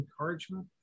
encouragement